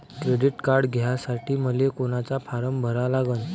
Credit card घ्यासाठी मले कोनचा फारम भरा लागन?